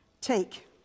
take